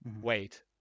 Wait